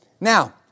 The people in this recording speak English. Now